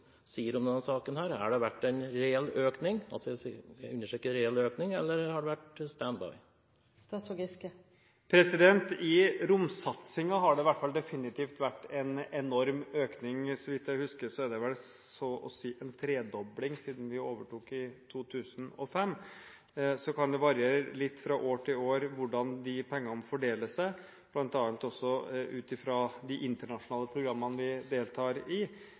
sier om denne saken. Har det vært en reell økning – jeg understreker reell økning – eller har det vært «stand by»? I hvert fall når det gjelder romsatsingen har det definitivt vært en enorm økning. Så vidt jeg husker, er det så å si en tredobling siden vi overtok i 2005. Så kan det variere litt fra år til år hvordan de pengene fordeler seg, bl.a. ut fra de internasjonale programmene vi deltar i.